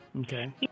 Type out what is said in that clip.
okay